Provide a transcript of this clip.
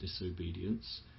disobedience